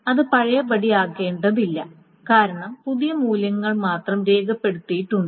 അത് പഴയപടിയാക്കേണ്ടതില്ല കാരണം പുതിയ മൂല്യങ്ങൾ മാത്രം രേഖപ്പെടുത്തേണ്ടതുണ്ട്